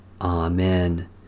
Amen